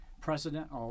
precedent